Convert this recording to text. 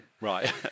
Right